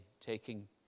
taking